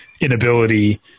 inability